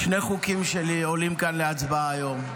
שני חוקים שלי עולים כאן להצבעה היום,